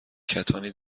کتانی